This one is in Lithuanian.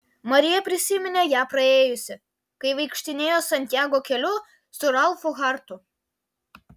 marija prisiminė ją praėjusi kai vaikštinėjo santjago keliu su ralfu hartu